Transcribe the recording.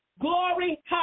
Glory